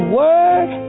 word